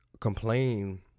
complain